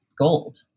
gold